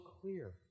clear